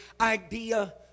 idea